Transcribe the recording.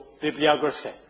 bibliography